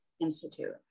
Institute